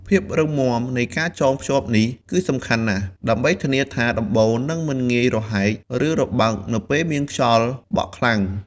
ភាពរឹងមាំនៃការចងភ្ជាប់នេះគឺសំខាន់ណាស់ ដើម្បីធានាថាដំបូលនឹងមិនងាយរហែក ឬរបើកនៅពេលមានខ្យល់បក់ខ្លាំង។